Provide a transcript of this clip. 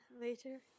later